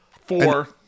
Four